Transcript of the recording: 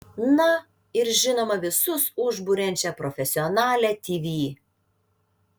na ir žinoma visus užburiančią profesionalią tv